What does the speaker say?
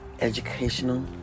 educational